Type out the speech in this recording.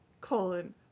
colon